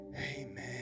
amen